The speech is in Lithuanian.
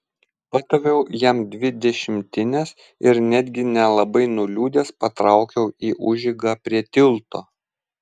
padaviau jam dvi dešimtines ir netgi nelabai nuliūdęs patraukiau į užeigą prie tilto